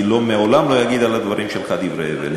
אני לעולם לא אגיד על הדברים שלך "דברי הבל".